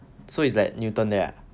so it's at newton there ah